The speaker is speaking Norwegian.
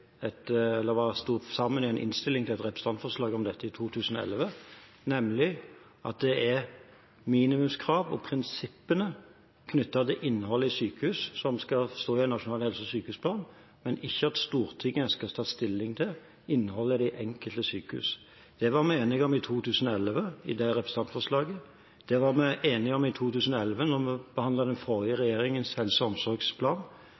et representantforslag om dette i 2011, nemlig at det er minimumskrav og prinsippene knyttet til innholdet i sykehus som skal stå i en nasjonal helse- og sykehusplan, ikke at Stortinget skal ta stilling til innholdet i de enkelte sykehus. Det var vi enige om i det representantforslaget i 2011, det var vi enige om i 2011 da vi behandlet den forrige regjeringens helse- og omsorgsplan,